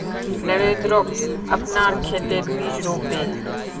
नरेंद्रक अपनार खेतत बीज रोप बे